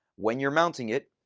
when you're mounting it,